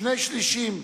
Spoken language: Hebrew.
שני-שלישים